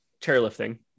chairlifting